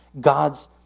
God's